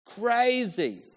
Crazy